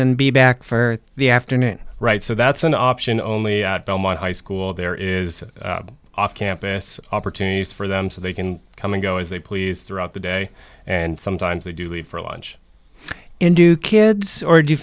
then be back for the afternoon right so that's an option only at belmont high school there is off campus opportunities for them so they can come and go as they please throughout the day and sometimes they do leave for lunch and do kids or do